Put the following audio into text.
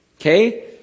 okay